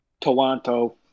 Toronto